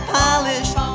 polished